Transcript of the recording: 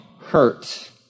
hurt